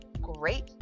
great